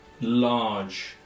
large